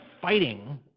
fighting